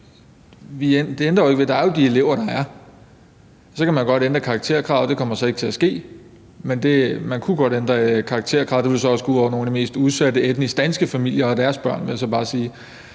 Det ændrer jo ikke ved, at der er de elever, der er, og så kan man godt ændre karakterkravet. Det kommer så ikke til at ske, men man kunne godt ændre karakterkravet. Det vil så også gå ud over nogle af de allermest udsatte i etnisk danske familier og deres børn,